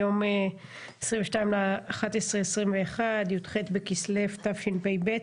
היום ה-22.11.21, י"ח בכסלו תשפ"ב.